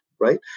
right